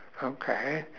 okay